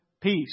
peace